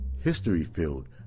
history-filled